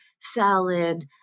salad